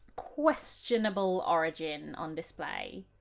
questionable origin on display.